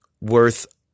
worth